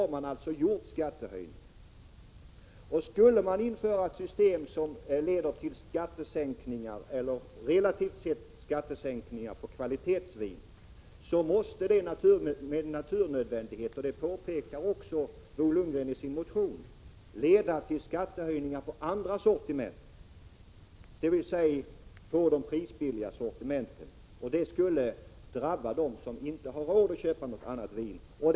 I detta fall har det skett prishöjningar. Skulle man införa ett system som leder till skattesänkningar på kvalitetsviner — relativt sett — måste detta med nödvändighet, vilket Bo Lundgren påpekar i sin motion, leda till skattehöjningar på andra sortiment, dvs. på det prisbilliga sortimentet. Det skulle drabba dem som inte har råd att köpa något annat vin.